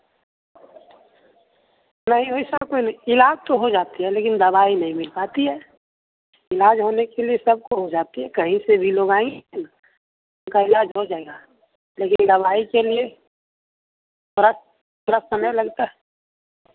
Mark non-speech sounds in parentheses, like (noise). नहीं वैसा कोई नहीं इलाज तो हो जाती है लेकिन दवाई नहीं मिल पाती है इलाज होने के लिए सबको हो जाती हे कहीं से भी लोग आई उनका इलाज हो जाएगा लेकिन दवाई के लिए (unintelligible) थोड़ा समय लगता है